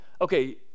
okay